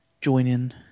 join-in